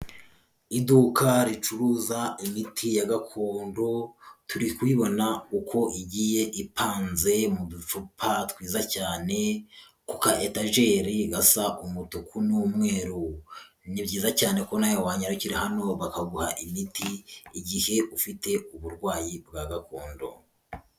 Iduka ricuruza imiti ya gakondo turi kubiyibona uko igiye ipanze mu ducupa twiza cyane kuka etageri gasa umutuku n'umweru ni byiza cyane ko nawe wanyarukira hano bakaguha imiti igihe ufite uburwayi bwa gakondo.